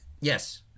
Yes